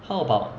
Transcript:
how about